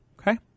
Okay